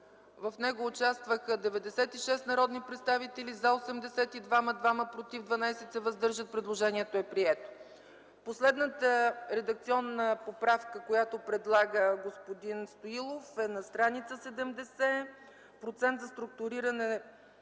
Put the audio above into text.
Гласували 96 народни представители: за 82, против 2, въздържали се 12. Предложението е прието. Последната редакционна поправка, която предлага господин Стоилов, е на стр. 70. „Процент за структуриране